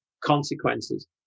consequences